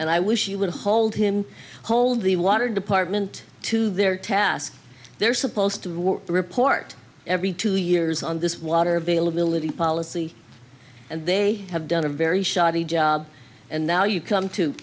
and i wish you would hold him hold the water department to their task they're supposed to report every two years on this water availability policy and they have done a very shoddy job and now you come to